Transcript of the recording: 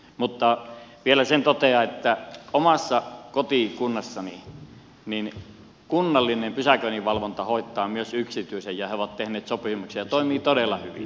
mutta vielä sen totean että omassa kotikunnassani kunnallinen pysäköinninvalvonta hoitaa myös yksityisen ja he ovat tehneet sopimuksia ja toimii todella hyvin